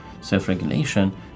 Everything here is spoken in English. self-regulation